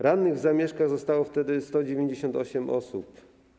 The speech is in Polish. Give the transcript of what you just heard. Rannych w zamieszkach zostało 198 osób.